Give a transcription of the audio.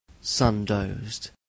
sun-dozed